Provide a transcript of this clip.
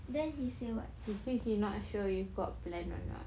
he say he not sure if he got plan or not